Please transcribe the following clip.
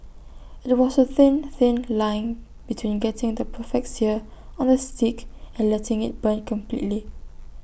IT was A thin thin line between getting the perfect sear on the steak and letting IT burn completely